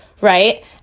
Right